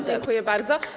Dziękuję bardzo.